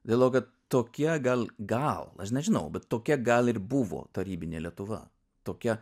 dėl to kad tokie gal gal aš nežinau bet tokia gal ir buvo tarybinė lietuva tokia